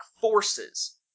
Forces